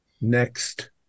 next